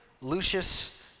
Lucius